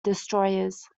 destroyers